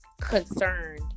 concerned